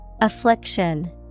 Affliction